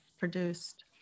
produced